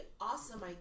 awesome